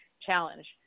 challenge